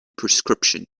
prescription